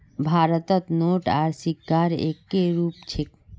भारतत नोट आर सिक्कार एक्के रूप छेक